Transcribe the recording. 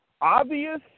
obvious